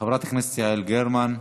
חברת הכנסת יעל גרמן.